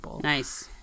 Nice